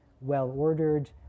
well-ordered